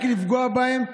רק לפגוע בהם?